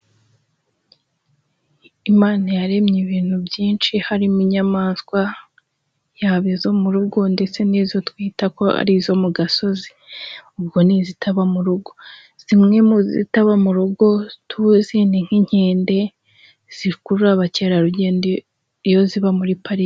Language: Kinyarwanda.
Imana yaremye ibintu byinshi harimo inyamaswa yaba izo mu rugo ndetse n'izo twita ko ari izo mu gasozi. Ubwo ni izitaba mu rugo. Zimwe mu zitaba mu rugo tuzi ni nk'inkende zikurura abakerarugendo iyo ziba muri parike.